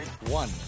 one